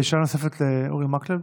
שאלה נוספת לאורי מקלב.